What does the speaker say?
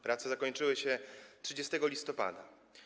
Prace zakończyły się 30 listopada.